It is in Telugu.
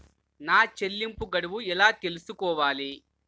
నా చెల్లింపు గడువు ఎలా తెలుసుకోవాలి?